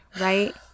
right